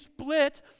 split